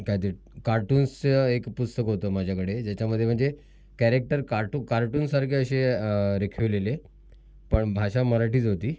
काय ते कार्टून्सचं एक पुस्तक होतं माझ्याकडे ज्याच्यामध्ये म्हणजे कॅरेक्टर कार्टू कार्टूनसारखे असे रेखीवलेले पण भाषा मराठीच होती